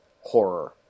horror